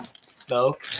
smoke